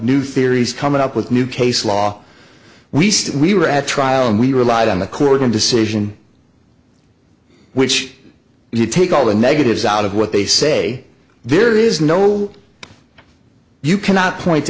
new theories coming up with new case law we said we were at trial and we relied on the court decision which you take all the negatives out of what they say there is no you cannot point